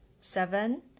Seven